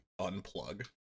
unplug